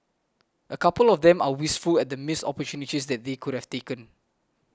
a couple of them are wistful at the missed opportunities that they could have taken